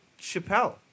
Chappelle